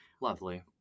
lovely